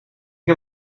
heb